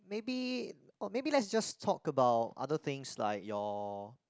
maybe maybe let's just talk about other things like your